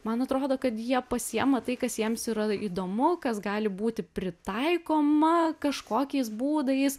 man atrodo kad jie pasiima tai kas jiems yra įdomu kas gali būti pritaikoma kažkokiais būdais